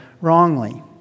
wrongly